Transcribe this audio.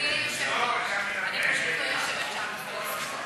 שירותי הסעד